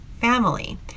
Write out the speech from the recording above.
family